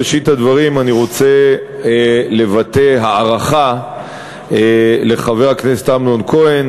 בראשית הדברים אני רוצה לבטא הערכה לחבר הכנסת אמנון כהן